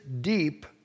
deep